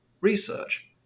research